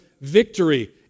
victory